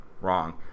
wrong